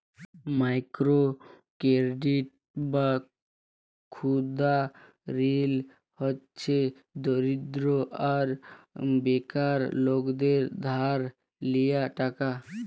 micro credit বা ক্ষুদা ঋল হছে দরিদ্র আর বেকার লকদের ধার লিয়া টাকা